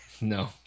No